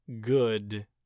good